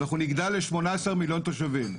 אנחנו נגדל ל-18 מיליון תושבים.